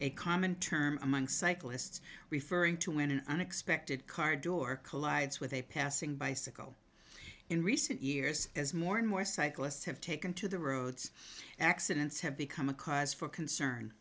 a common term among cyclists referring to when an unexpected car door collides with a passing bicycle in recent years as more and more cyclists have taken to the roads accidents have become a cause for concern